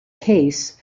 case